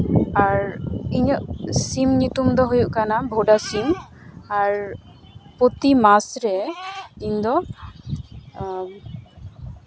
ᱟᱨ ᱤᱧᱟᱹᱜ ᱥᱤᱢ ᱧᱩᱛᱩᱢ ᱫᱚ ᱦᱳᱭᱳᱜ ᱠᱟᱱᱟ ᱵᱷᱳᱰᱟ ᱥᱤᱢ ᱵᱳᱰᱟ ᱥᱤᱢ ᱟᱨ ᱯᱨᱚᱛᱤᱢᱟᱥ ᱨᱮ ᱤᱧᱫᱚ